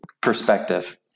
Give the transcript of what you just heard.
perspective